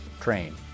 train